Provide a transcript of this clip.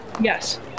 Yes